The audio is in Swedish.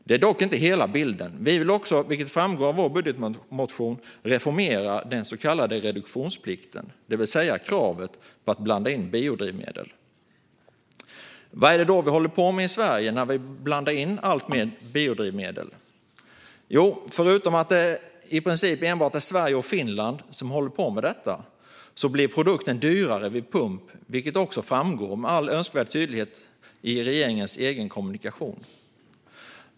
Det är dock inte hela bilden. Vi vill också, vilket framgår av vår budgetmotion, reformera den så kallade reduktionsplikten, det vill säga kravet på att blanda in biodrivmedel. Vad är det då vi håller på med i Sverige när vi blandar in alltmer biodrivmedel? Jo, förutom att det i princip enbart är Sverige och Finland som håller på med detta blir produkten dyrare vid pump, vilket också framgår med all önskvärd tydlighet i regeringens egen kommunikation.